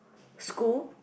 school